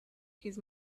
his